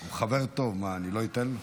הוא חבר טוב, מה, אני לא אתן לו?